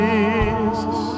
Jesus